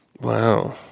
Wow